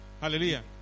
Hallelujah